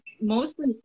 mostly